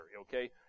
Okay